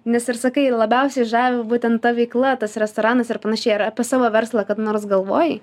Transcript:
nes ir sakai labiausiai žavi būtent ta veikla tas restoranas ir panašiai ar apie savo verslą kada nors galvojai